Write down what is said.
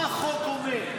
מה החוק אומר?